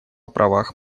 правах